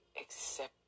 accept